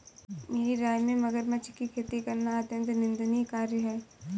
मेरी राय में मगरमच्छ की खेती करना अत्यंत निंदनीय कार्य है